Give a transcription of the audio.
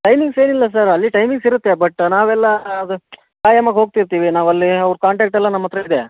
timings ಏನಿಲ್ಲ sir ಅಲ್ಲಿ timings ಇರುತ್ತೆ ಬಟ್ ನಾವೆಲ್ಲ ಅದು ಖಾಯಂ ಆಗಿ ಹೋಗ್ತಿರ್ತೀವಿ ನಾವು ಅಲ್ಲಿ ಅವ್ರ ಕಾಂಟಾಕ್ಟ್ ಎಲ್ಲ ನಮ್ಮ ಹತ್ರ ಇದೆ